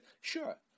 sure